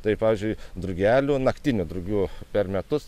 tai pavyzdžiui drugelių naktinių drugių per metus